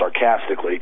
sarcastically